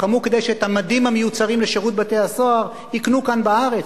לחמו כדי שאת המדים המיוצרים לשירות בתי-הסוהר יקנו כאן בארץ.